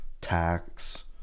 tax